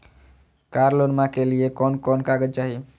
कार लोनमा के लिय कौन कौन कागज चाही?